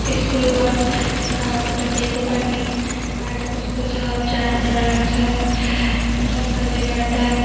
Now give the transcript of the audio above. school bus गाउँबाट दिएको पनि बाटो कस्तो छ जानु डर लाग्छ जङ्गलले गर्दा